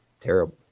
terrible